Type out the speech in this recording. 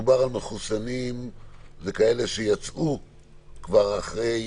אוסאמה, מדובר על מחוסנים שיצאו מהארץ